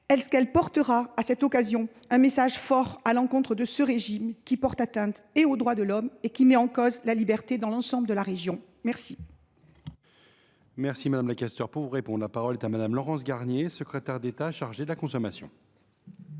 t elle à cette occasion un message fort à l’encontre de ce régime qui porte atteinte aux droits de l’homme et qui met en cause la liberté dans l’ensemble de la région ? La